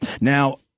Now